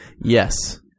yes